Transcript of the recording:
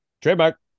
Trademark